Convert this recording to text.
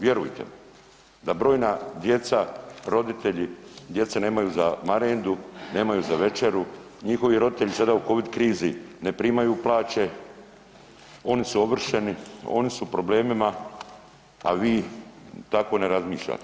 Vjerujte mi da brojna djeca, roditelji djece nemaju za marendu, nemaju za večeru, njihovi roditelji sada u covid krizi ne primaju plaće, oni su ovršeni, oni su u problemima, a vi tako ne razmišljate.